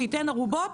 שייתן ערובות.